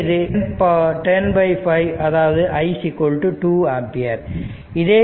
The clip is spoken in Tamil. எனவே இது 105 அதாவது i 2 ஆம்பியர்